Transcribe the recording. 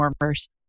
warmers